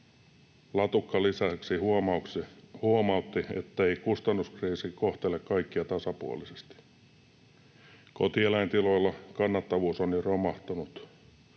Latukka lisäksi huomautti, ettei kustannuskriisi kohtele kaikkia tasapuolisesti. ”Kotieläintiloilla kannattavuus on jo romahtanut,